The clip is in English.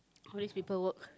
all this people work